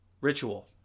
ritual